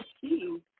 key